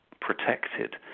protected